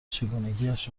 چگونگیاش